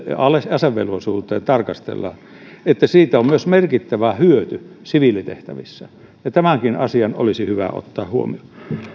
asevelvollisuuteen tarkastellaan että siitä on myös merkittävä hyöty siviilitehtävissä ja tämäkin asia olisi hyvä ottaa huomioon